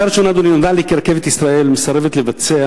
נודע לי כי "רכבת ישראל" מסרבת לבצע